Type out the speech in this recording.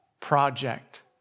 project